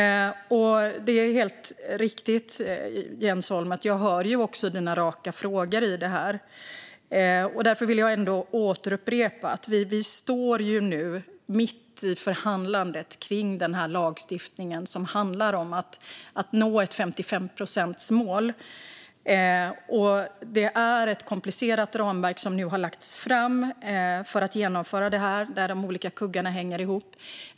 Jag hör också dina raka frågor, Jens Holm. Därför vill jag upprepa att vi nu står mitt i förhandlandet kring denna lagstiftning som handlar om att nå ett 55-procentsmål. Det är ett komplicerat ramverk som nu har lagts fram för att genomföra detta, där de olika kuggarna hänger ihop.